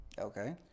Okay